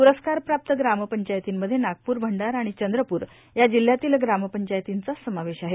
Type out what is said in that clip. पुरस्कारप्राप्त ग्रामपंचायतींमध्ये नागपूर भंडारा आणि चंद्रपूर या जिल्हयातील ग्रामपंचायतींचा समावेश आहे